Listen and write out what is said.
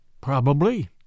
Probably